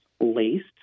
laced